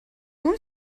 اون